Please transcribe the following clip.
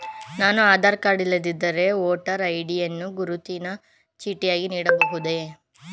ನಾನು ಆಧಾರ ಕಾರ್ಡ್ ಇಲ್ಲದಿದ್ದರೆ voter ID ಯನ್ನು ಗುರುತಿನ ಚೀಟಿಯಾಗಿ ನೀಡಬಹುದೇ?